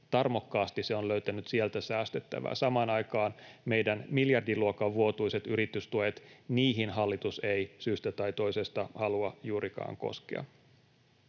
tarmokkaasti se on löytänyt sieltä säästettävää. Samaan aikaan meidän miljardiluokan vuotuisiin yritystukiin hallitus ei syystä tai toisesta halua juurikaan koskea.